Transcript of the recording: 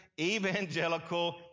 evangelical